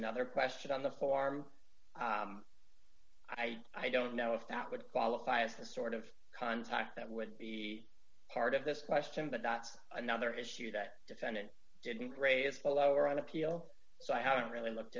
another question on the form i i don't know if that would qualify as a sort of contact that would be part of this question but that's another issue that defendant didn't raise or lower on appeal so i haven't really looked